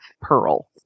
Pearl